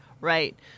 Right